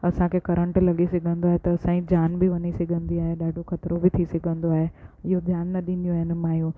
असांखे करंट लॻी सघंदो आहे त असांजी जान बि वञी सघंदी आहे ॾाढो ख़तरो बि थी सघंदो आहे इहो ध्यानु न ॾींदियूं आहिनि माइयूं